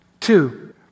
Two